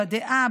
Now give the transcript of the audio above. בדעה,